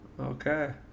okay